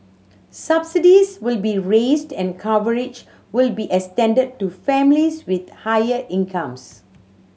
subsidies will be raised and coverage will be extended to families with higher incomes